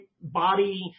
body